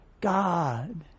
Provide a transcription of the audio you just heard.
God